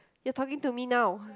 you're talking to me now